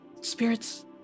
spirits